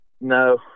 no